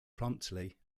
promptly